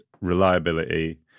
reliability